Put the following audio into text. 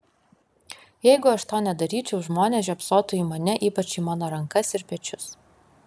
jeigu aš to nedaryčiau žmonės žiopsotų į mane ypač į mano rankas ir pečius